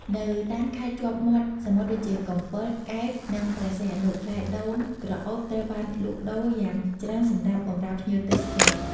នៅតាមខេត្តជាប់មាត់សមុទ្រដូចជា កំពត កែប និងព្រះសីហនុ ផ្លែដូងក្រអូបត្រូវបានលក់ដូរយ៉ាងច្រើនសម្រាប់បម្រើភ្ញៀវទេសចរ។